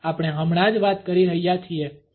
આપણે હમણાં જ વાત કરી રહ્યા છીએ Refer time 3448